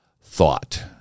Thought